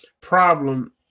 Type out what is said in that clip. problem